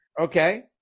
Okay